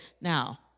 Now